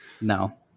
no